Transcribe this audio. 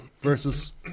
versus